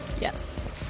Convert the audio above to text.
Yes